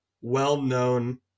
well-known